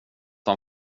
han